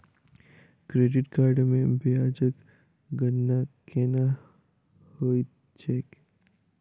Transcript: credit card मे ब्याजक गणना केना होइत छैक